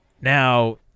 now